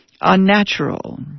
unnatural